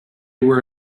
were